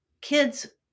kids